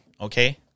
Okay